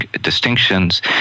distinctions